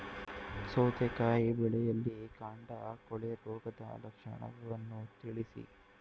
ಸೌತೆಕಾಯಿ ಬೆಳೆಯಲ್ಲಿ ಕಾಂಡ ಕೊಳೆ ರೋಗದ ಲಕ್ಷಣವನ್ನು ತಿಳಿಸಿ?